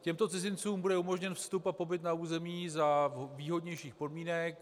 Těmto cizincům bude umožněn vstup a pobyt na území za výhodnějších podmínek.